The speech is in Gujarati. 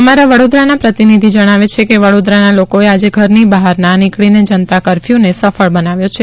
અમારા વડોદરાના પ્રતિનિધિ જણાવે છે કે વડોદરાના લોકોએ આજે ઘરની બહાર ના નિકળીને જનતા કફ્યુંને સફળ બનાવ્યો છે